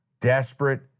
desperate